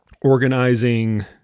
organizing